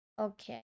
okay